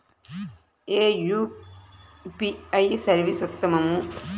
ఏ UPI service ఉత్తమము?